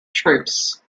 troops